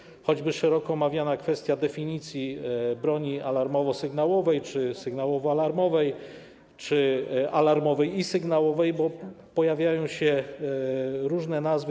Dotyczy to choćby szeroko omawianej kwestii definicji broni alarmowo-sygnałowej czy sygnałowo-alarmowej, czy alarmowej i sygnałowej, bo pojawiają się różne nazwy.